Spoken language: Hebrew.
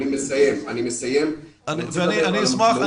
אני מסיים את דבריי.